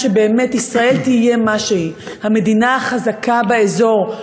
שבאמת ישראל תהיה מה שהיא: המדינה החזקה באזור,